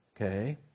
Okay